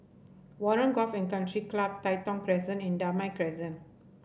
Warren Golf and Country Club Tai Thong Crescent and Damai Crescent